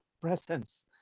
presence